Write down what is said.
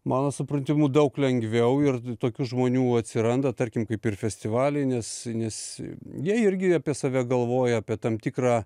mano supratimu daug lengviau ir tokių žmonių atsiranda tarkim kaip ir festivaliai nes nes jie irgi apie save galvoja apie tam tikrą